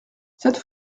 cette